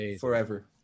forever